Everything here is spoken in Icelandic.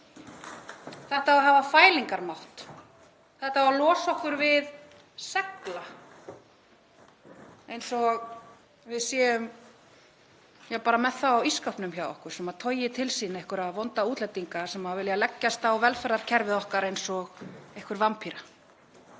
Þetta á að hafa fælingarmátt. Þetta á að losa okkur við segla, eins og við séum bara með þá á ísskápnum hjá okkur, sem togi til sín einhverja vonda útlendinga sem vilja leggjast á velferðarkerfið okkar eins og einhverjar vampýrur.